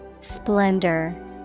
Splendor